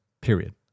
period